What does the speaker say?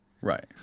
Right